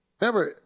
Remember